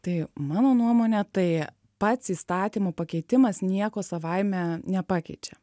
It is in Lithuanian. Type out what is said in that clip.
tai mano nuomone tai pats įstatymo pakeitimas nieko savaime nepakeičia